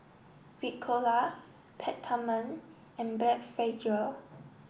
Ricola Peptamen and Blephagel